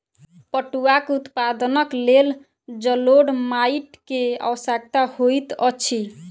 पटुआक उत्पादनक लेल जलोढ़ माइट के आवश्यकता होइत अछि